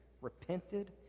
repented